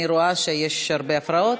אני רואה שיש הרבה הפרעות.